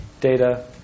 data